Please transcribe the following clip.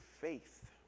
faith